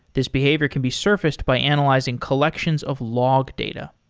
this behavior can be surfaced by analyzing collections of log data.